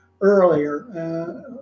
earlier